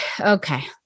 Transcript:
okay